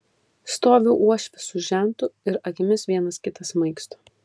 stovi uošvis su žentu ir akimis vienas kitą smaigsto